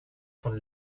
von